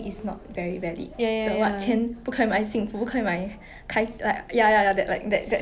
no but I think it's cause I like I never I'm just like very briefly like broad idea that kind